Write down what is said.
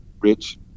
rich